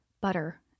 butter